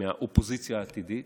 רק אנשים מהאופוזיציה העתידית.